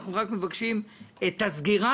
אנחנו רק מבקשים לדחות את הסגירה.